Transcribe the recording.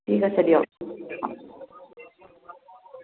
ঠিক আছে দিয়ক